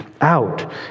out